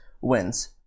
wins